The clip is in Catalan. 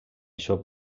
això